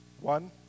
One